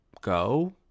go